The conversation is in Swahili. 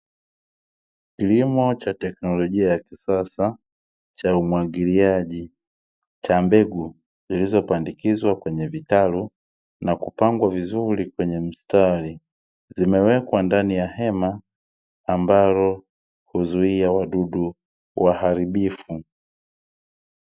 Kilimo cha teknolojia ya kisasa cha umwagiliaji cha mbegu zilizopandikizwa kwenye vitalu na kupangwa vizuri kwenye mstari, zimewekwa ndani ya hema ambalo huzuia wadudu waharibifu.